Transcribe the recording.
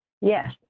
Yes